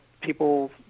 people